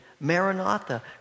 Maranatha